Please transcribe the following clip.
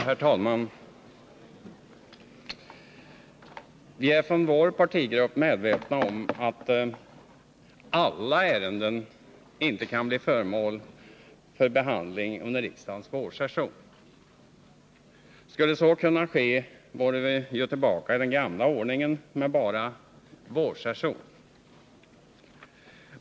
Herr talman! Vi är från vår partigrupp medvetna om att alla ärenden inte kan bli föremål för behandling under riksdagens vårsession. Skulle så kunna ske vore vi ju tillbaka i den gamla ordningen med bara vårsession.